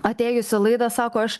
atėjus į laidą sako aš